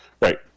Right